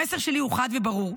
המסר שלי הוא חד וברור: